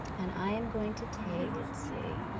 and i am going to take, let's see.